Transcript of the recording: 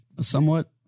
somewhat